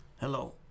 Hello